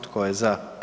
Tko je za?